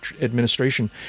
administration